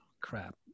Crap